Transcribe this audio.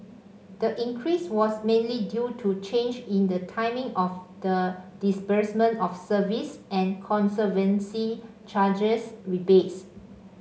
the increase was mainly due to change in the timing of the disbursement of service and conservancy charges rebates